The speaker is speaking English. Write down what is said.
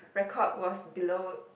record was below